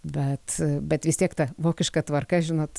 bet bet vis tiek ta vokiška tvarka žinot